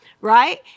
right